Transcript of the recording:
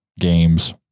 games